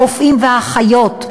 הרופאים והאחיות,